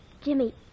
Jimmy